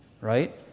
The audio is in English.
right